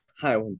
Hi